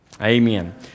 Amen